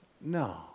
No